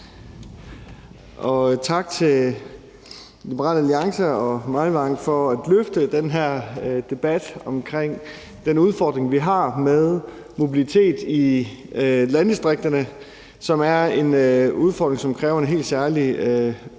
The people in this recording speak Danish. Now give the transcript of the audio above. tak til Liberal Alliance og Jens Meilvang for at rejse den her debat omkring den udfordring, vi har med mobilitet i landdistrikterne, som er en udfordring, som kræver en helt særlig bevågenhed